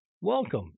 welcome